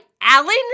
Alan